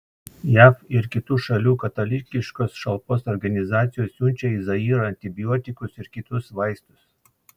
jav ir kitų šalių katalikiškos šalpos organizacijos siunčia į zairą antibiotikus ir kitus vaistus